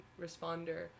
responder